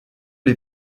les